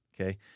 Okay